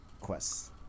quests